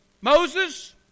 Moses